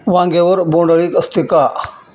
वांग्यावर बोंडअळी असते का?